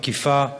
מקיפה,